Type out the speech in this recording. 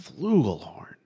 Flugelhorn